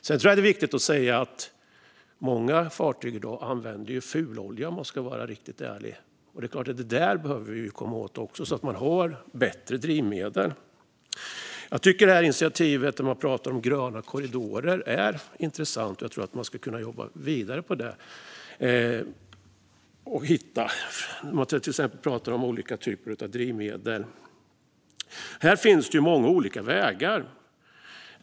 Det är viktigt att säga att många fartyg i dag använder fulolja, om man ska vara riktigt ärlig. Det behöver vi också komma åt, så att man får bättre drivmedel. Initiativet där man talar om gröna korridorer är intressant. Jag tror att man skulle kunna jobba vidare på det. Man talar till exempel om olika typer av drivmedel. Här finns det många olika vägar.